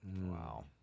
Wow